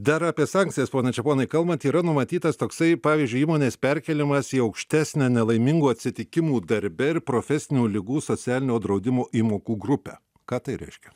dar apie sankcijas pone čeponai kalbant yra numatytas toksai pavyzdžiui įmonės perkėlimas į aukštesnę nelaimingų atsitikimų darbe ir profesinių ligų socialinio draudimo įmokų grupę ką tai reiškia